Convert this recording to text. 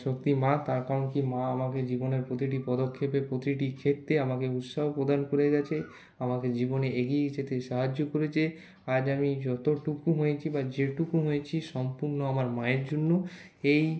শক্তি মা তার কারণ কি মা আমাকে জীবনের প্রতিটি পদক্ষেপে প্রতিটি ক্ষেত্রে আমাকে উৎসাহ প্রদান করে গেছে আমাকে জীবনে এগিয়ে যেতে সাহায্য করেছে আজ আমি যতটুকু হয়েছি যেটুকু হয়েছি সম্পূর্ণ আমার মায়ের জন্য এই